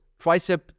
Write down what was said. tricep